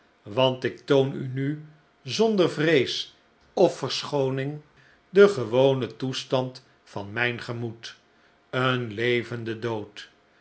want ik toon u nu zonder vrees of verschooning den gewonen toestand van mijn gemoed een levende dood